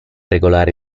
regolare